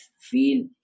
feel